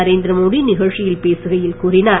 நரேந்திர மோடி நிகழ்ச்சியில் பேசுகையில் கூறினார்